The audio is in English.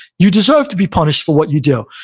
you deserve to be punished for what you do,